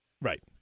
Right